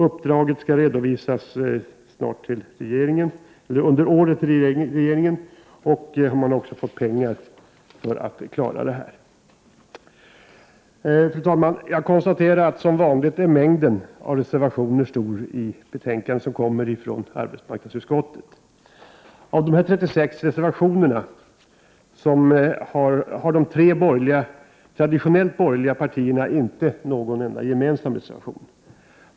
Uppdraget skall redovisas under året till regeringen. Man har också fått pengar för att kunna klara detta. Fru talman! Jag konstaterar att som vanligt är mängden av reservationer stor i ett betänkande från arbetsmarknadsutskottet. Av de 36 reservationerna har de tre traditionellt borgerliga partierna inte någon enda gemensam reservation.